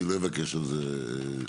אני לא אבקש על זה תמלוגים,